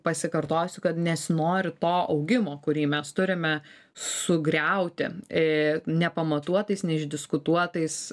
pasikartosiu kad nesinori to augimo kurį mes turime sugriauti e nepamatuotais neišdiskutuotais